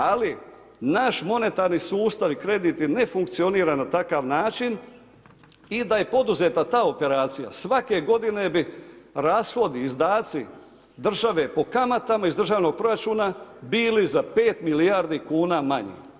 Ali, naš monetarni sustav i kreditni ne funkcionira na takav način i da je poduzeta ta operacija, svake godine bi rashodi, izdaci države po kamatama iz državnog proračuna bili za 5 milijardi kuna manji.